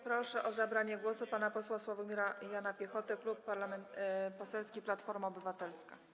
Proszę o zabranie głosu pana posła Sławomira Jana Piechotę, Klub Parlamentarny Platforma Obywatelska.